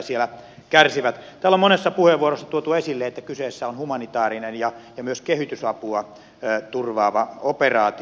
täällä on monessa puheenvuorossa tuotu esille että kyseessä on humanitaarinen ja myös kehitysapua turvaava operaatio